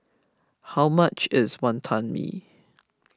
how much is Wantan Mee